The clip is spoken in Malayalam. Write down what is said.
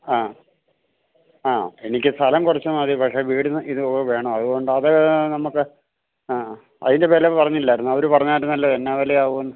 ആ ആ എനിക്ക് സ്ഥലം കുറച്ച് മതി പക്ഷേ വീടിനും ഇതും കൂടി വേണം അതുകൊണ്ടത് നമുക്ക് ആ അതിൻ്റെ വില പറഞ്ഞില്ലായിരുന്നോ അവർ പറഞ്ഞായിരുന്നല്ലോ എന്ത് വില ആകുമെന്ന്